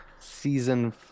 Season